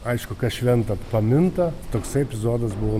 aišku kas šventa paminta toksai epizodas buvo